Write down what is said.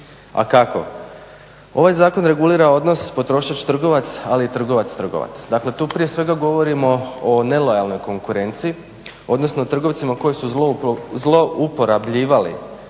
a kako? Ovaj zakon regulira odnos potrošač-trgovac ali i trgovac-trgovac, dakle tu prije svega govorimo o nelojalnoj konkurenciji odnosno trgovcima koji su zlouporabljivali